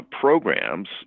programs